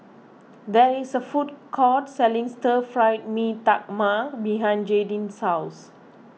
there is a food court selling Stir Fried Mee Tai Mak behind Jaydin's house